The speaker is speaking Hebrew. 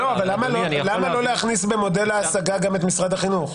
למה לא להכניס במודל ההשגה גם את משרד החינוך?